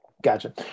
Gotcha